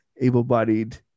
able-bodied